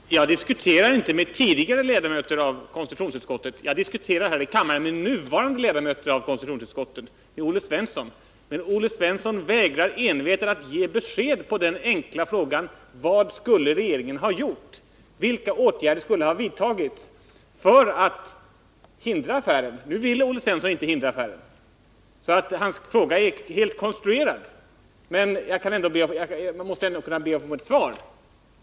Herr talman! Jag diskuterar inte med tidigare ledamöter av konstitutionsutskottet — jag diskuterar här i kammaren med nuvarande ledamöter av konstitutionsutskottet, med Olle Svensson. Men Olle Svensson vägrar envetet att ge besked på den enkla frågan: Vad skulle regeringen ha gjort? Vilka åtgärder skulle ha vidtagits för att hindra affären? Nu vill Olle Svensson inte hindra den, så hans kritik är helt konstruerad, men man måste ändå kunna begära ett svar.